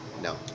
No